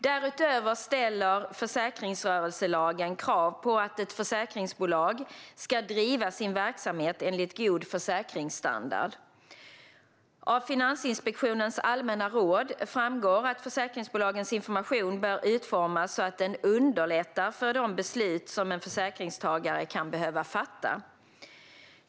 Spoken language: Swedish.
Därutöver ställer försäkringsrörelselagen krav på att ett försäkringsbolag ska driva sin verksamhet enligt god försäkringsstandard. Av Finansinspektionens allmänna råd framgår att försäkringsbolagens information bör utformas så att den underlättar de beslut som en försäkringstagare kan behöva fatta.